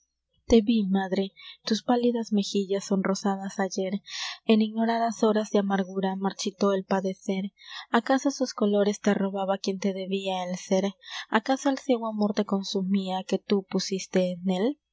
te ví madre tus pálidas mejillas sonrosadas ayer en ignoradas horas de amargura marchitó el padecer acaso sus colores te robaba quien te debia el sér acaso el ciego amor te consumia que tú pusiste en él